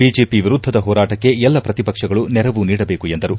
BJP ವಿರುದ್ದದ ಹೋರಾಟಕ್ಕೆ ಎಲ್ಲ ಪ್ರತಿಪಕ್ಷಗಳು ನೆರವು ನೀಡಬೇಕು ಎಂದರು